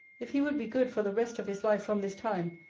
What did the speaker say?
if he would be good for the rest of his life from this time,